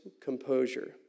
composure